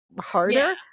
harder